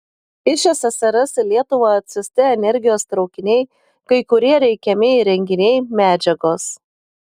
iš ssrs į lietuvą atsiųsti energijos traukiniai kai kurie reikiami įrenginiai medžiagos